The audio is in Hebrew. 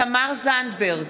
תמר זנדברג,